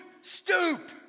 Stoop